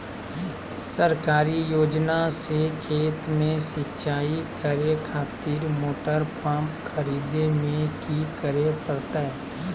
सरकारी योजना से खेत में सिंचाई करे खातिर मोटर पंप खरीदे में की करे परतय?